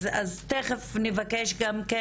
אז תיכף נבקש גם כן,